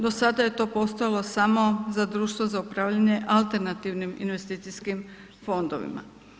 Do sada je to postojalo samo za društvo za upravljanje alternativnim investicijskim fondovima.